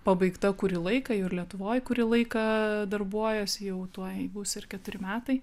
pabaigta kurį laiką ir lietuvoj kurį laiką darbuojuosi jau tuoj bus ir keturi metai